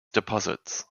deposits